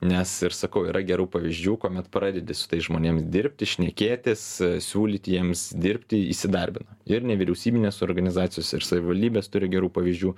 nes ir sakau yra gerų pavyzdžių kuomet pradedi su tais žmonėms dirbti šnekėtis siūlyti jiems dirbti įsidarbina ir nevyriausybinės organizacijos ir savivaldybės turi gerų pavyzdžių